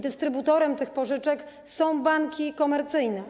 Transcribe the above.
Dystrybutorem tych pożyczek są banki komercyjne.